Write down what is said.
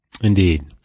Indeed